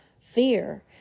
fear